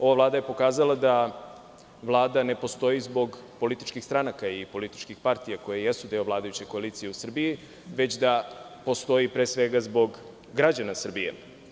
Ova vlada je pokazala da vlada ne postoji zbog političkih stranaka i političkih partija koje jesu deo vladajuće koalicije u Srbiji, već da postoji pre svega zbog građana Srbije.